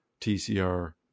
TCR